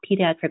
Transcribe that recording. pediatric